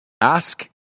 ask